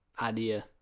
idea